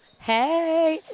hey.